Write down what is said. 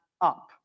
up